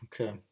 Okay